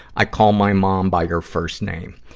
i call my mom by her first name.